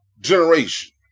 generation